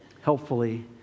helpfully